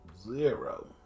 Zero